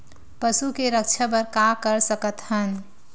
पशु के रक्षा बर का कर सकत हन?